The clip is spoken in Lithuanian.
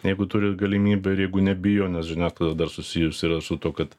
jeigu turi galimybę ir jeigu nebijo nes žiniasklaida dar susijusi yra su tuo kad